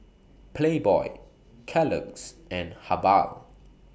Playboy Kellogg's and Habhal